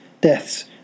deaths